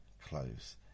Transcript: clothes